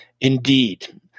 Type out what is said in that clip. indeed